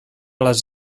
les